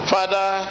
Father